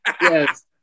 Yes